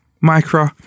Micro